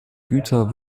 güter